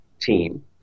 team